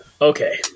Okay